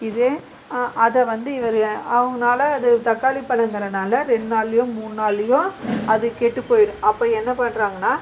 இதே அதை வந்து இவர் அவங்கனாலே அது தக்காளி பழங்கிறனால ரெண்டு நாளிலையோ மூணுநாளிலையோ அது கெட்டு போயிடும் அப்போ என்ன பண்ணுறாங்கன்னா